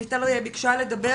עו"ד רויטל לן ביקשה לדבר.